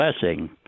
blessing